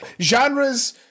Genres